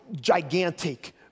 gigantic